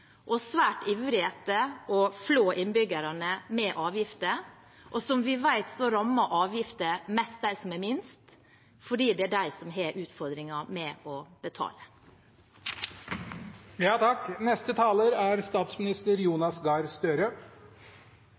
og svært ivrig etter å flå innbyggerne med avgifter, og som vi vet, rammer avgifter mest dem som har minst, fordi det er de som har utfordringer med å